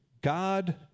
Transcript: God